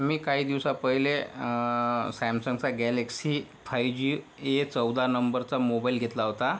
मी काही दिवसा पहिले सॅमसंगचा गॅलॅक्सी फाईव्ह जी ए चौदा नंबरचा मोबाईल घेतला होता